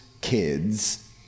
kids